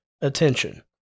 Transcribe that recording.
attention